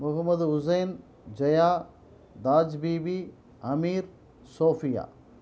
Mohammed Hussain Jaya Taj Bibi Ameer Sofia